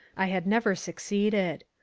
i had never succeeded.